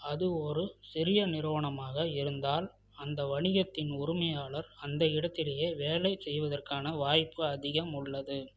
அது ஒரு சிறிய நிறுவனமாக இருந்தால் அந்த வணிகத்தின் உரிமையாளர் அந்த இடத்திலேயே வேலை செய்வதற்கான வாய்ப்பு அதிகம் உள்ளது